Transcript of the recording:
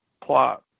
plot